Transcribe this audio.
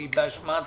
היא באשמת